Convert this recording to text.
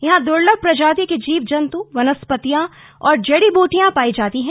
यहां दुर्लभ प्रजाति के जीव जंतु वनस्पतियां और जड़ी बूटियां पाई जाती हैं